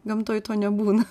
gamtoj to nebūna